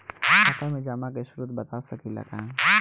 खाता में जमा के स्रोत बता सकी ला का?